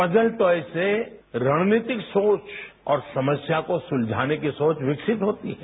puzzle toy से राणनीतिक सोच और समस्या को सुलझाने के लिए सोच विकसित होती है